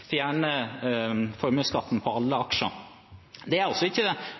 fjerne formuesskatten på alle aksjer. Det er altså ikke